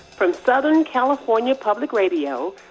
from southern california public radio,